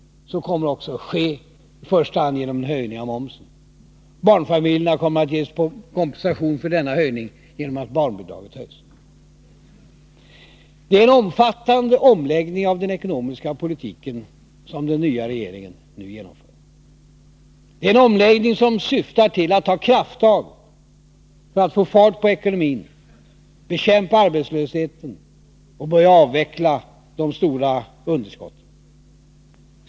Så kommer också att ske, i första hand genom en höjning av momsen. Barnfamiljerna kommer att ges kompensation för denna höjning genom att barnbidraget höjs. Det är en omfattande omläggning av den ekonomiska politiken som den nya regeringen nu genomför. Det är en omläggning som syftar till att ta krafttag för att få fart på ekonomin, bekämpa arbetslösheten och börja avveckla de stora underskotten.